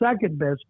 second-best